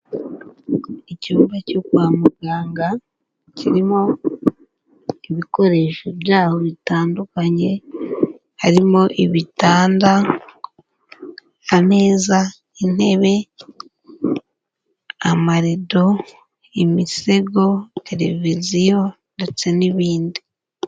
Icyumba cyo kwa muganga, kirimo ibikoresho byaho bitandukanye, harimo ibitanda, ameza, intebe, amarido, imisego, televiziyo ndetse n'ibindi.